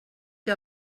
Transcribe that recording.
que